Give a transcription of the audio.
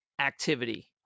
activity